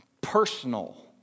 personal